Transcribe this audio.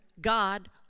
God